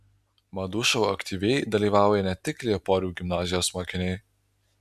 madų šou aktyviai dalyvauja ne tik lieporių gimnazijos mokiniai